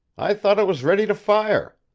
i thought it was ready to fire.